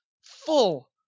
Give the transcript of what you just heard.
full